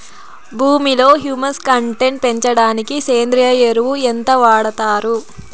భూమిలో humus content పెంచడానికి సేంద్రియ ఎరువు ఎంత వాడుతారు